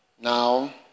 now